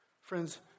Friends